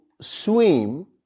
swim